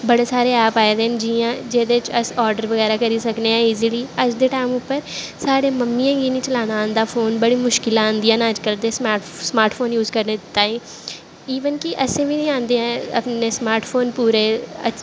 बड़े सारे ऐप आए दे न जियां जेह्दे च अस आर्डर बगैरा करी सकने आं ईजली अज्ज दे टैम उप्पर साढ़ी मम्मियें गी निं चलाना आंदा फोन बड़ी मुश्कलां आंदियां न अज्जकल दे स्मार्ट फोन यूज करने ताईं इवन कि असें बी निं आंदे अपने स्मार्ट फोन पूरे